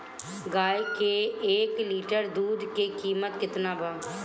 गाय के एक लीटर दूध के कीमत केतना बा?